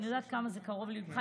ואני יודעת כמה זה קרוב לליבך.